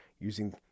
using